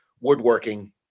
woodworking